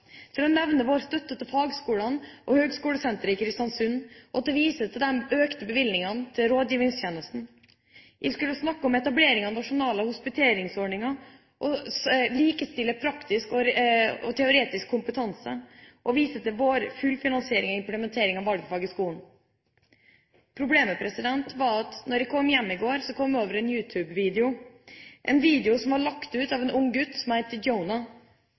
til yrkesfagene, nevne vår støtte til fagskolene og Høgskolesenteret i Kristiansund og vise til de økte bevilgningene til rådgivningstjenesten. Jeg skulle snakke om etablering av en nasjonal hospiteringsordning, likestille praktisk og teoretisk kompetanse og vise til vår fullfinansiering av implementering av valgfag i skolen. Problemet var at da jeg kom hjem i går, kom jeg over en You Tube-video, en video som var lagt ut av en ung gutt som